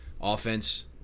offense